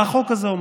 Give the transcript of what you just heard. מה החוק הזה אומר?